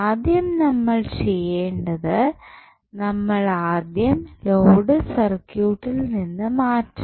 ആദ്യം നമ്മൾ ചെയ്യേണ്ടത് ആദ്യം നമ്മൾ ലോഡ് സർക്യൂട്ടിൽ നിന്ന് മാറ്റണം